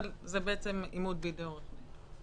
אבל זה בעצם אימות בידי עורך דין.